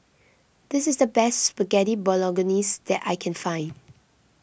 this is the best Spaghetti Bolognese that I can find